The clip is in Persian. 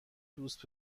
دوست